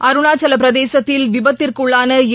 அருணாசலபிரதேசத்தில் விபத்திற்குள்ளானஏ